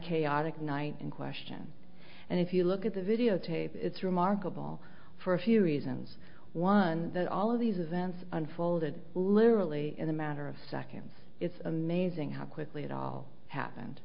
chaotic night in question and if you look at the videotape it's remarkable for a few reasons one that all of these events unfolded literally in a matter of seconds it's amazing how quickly it all happened